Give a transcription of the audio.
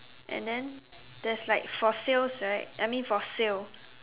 and then there's like for sales right I mean for sale